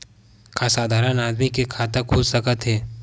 का साधारण आदमी के खाता खुल सकत हे?